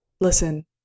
Listen